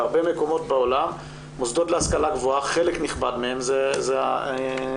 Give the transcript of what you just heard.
בהרבה מקומות בעולם חלק נכבד מהמוסדות להשכלה גבוהה זה נושא